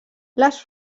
les